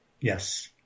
Yes